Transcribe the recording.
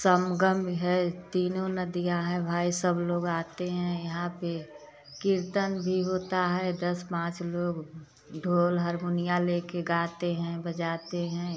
संगम है तीनों नदियाँ है भाई सब लोग आते हैं यहाँ पे कीर्तन भी होता है दस पाँच लोग ढोल हरमोनिया लेके गाते हैं बजाते हैं